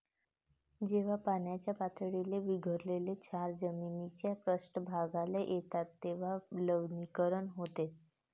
जेव्हा पाण्याच्या पातळीत विरघळलेले क्षार जमिनीच्या पृष्ठभागावर येतात तेव्हा लवणीकरण होते